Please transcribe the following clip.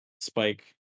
spike